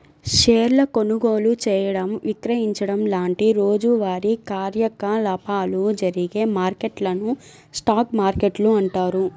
షేర్ల కొనుగోలు చేయడం, విక్రయించడం లాంటి రోజువారీ కార్యకలాపాలు జరిగే మార్కెట్లను స్టాక్ మార్కెట్లు అంటారు